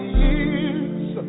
years